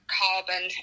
carbon